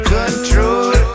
control